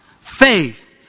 Faith